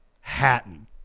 Hatton